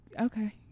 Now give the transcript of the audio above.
Okay